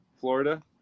florida